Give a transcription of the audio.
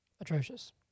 Atrocious